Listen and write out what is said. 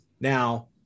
Now